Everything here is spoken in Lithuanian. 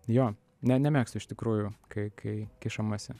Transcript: jo ne nemėgstu iš tikrųjų kai kai kišamasi